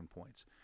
points